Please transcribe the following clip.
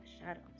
shadows